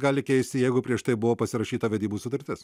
gali keisti jeigu prieš tai buvo pasirašyta vedybų sutartis